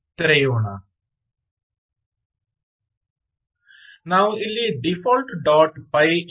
ನಾವು ಇಲ್ಲಿ default dot py default